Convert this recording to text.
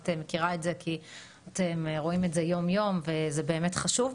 את מכירה את זה כי אתם רואים את זה יום-יום וזה באמת חשוב.